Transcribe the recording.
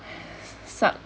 sub~